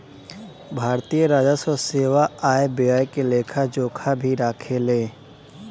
भारतीय राजस्व सेवा आय व्यय के लेखा जोखा भी राखेले